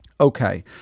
Okay